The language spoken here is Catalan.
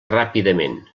ràpidament